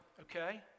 okay